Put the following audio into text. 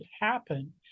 happen